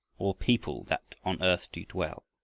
all people that on earth do dwell,